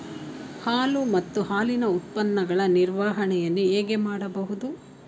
ಹಾಲು ಮತ್ತು ಹಾಲಿನ ಉತ್ಪನ್ನಗಳ ನಿರ್ವಹಣೆಯನ್ನು ಹೇಗೆ ಮಾಡಬಹುದು?